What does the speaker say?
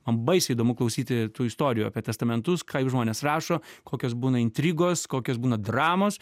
man baisiai įdomu klausyti tų istorijų apie testamentus kaip žmonės rašo kokios būna intrigos kokios būna dramos